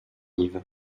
liv